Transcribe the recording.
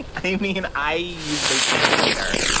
i mean, i usually can't either.